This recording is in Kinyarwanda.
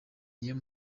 niyo